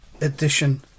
edition